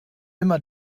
immer